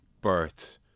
birth